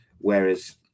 whereas